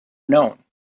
known